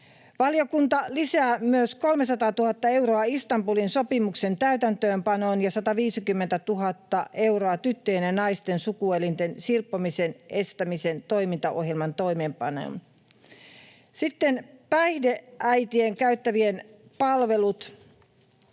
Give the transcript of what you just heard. Valiokunta lisää myös 300 000 euroa Istanbulin sopimuksen täytäntöönpanoon ja 150 000 euroa tyttöjen ja naisten sukuelinten silpomisen estämisen toimintaohjelman toimeenpanoon. Sitten päihdeäitien käyttämät palvelut.